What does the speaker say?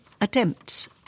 attempts